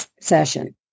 session